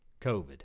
COVID